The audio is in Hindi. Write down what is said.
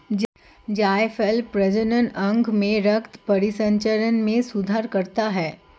जायफल प्रजनन अंगों में रक्त परिसंचरण में सुधार करता है